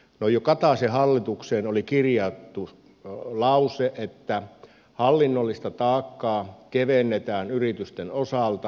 no jo kataisen hallitusohjelmaan oli kirjattu lause että hallinnollista taakkaa kevennetään yritysten osalta